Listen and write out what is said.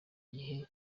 gihe